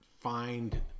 find